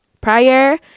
Prior